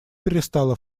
перестало